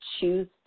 choose